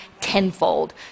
tenfold